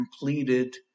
completed